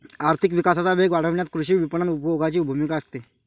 आर्थिक विकासाचा वेग वाढवण्यात कृषी विपणन उपभोगाची भूमिका असते